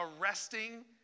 arresting